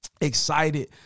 excited